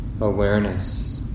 awareness